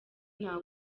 nta